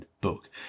book